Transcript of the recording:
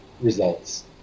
results